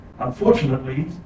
Unfortunately